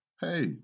hey